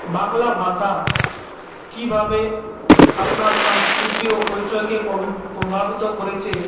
বাংলা ভাষা কীভাবে আপনার সংস্কৃতি ও পরিচয়কে প্রভাবিত করেছে